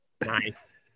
Nice